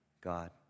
God